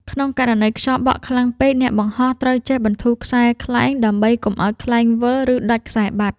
ក្នុងករណីខ្យល់បក់ខ្លាំងពេក អ្នកបង្ហោះត្រូវចេះបន្ធូរខ្សែខ្លែង ដើម្បីកុំឱ្យខ្លែងវិល ឬដាច់ខ្សែបាត់។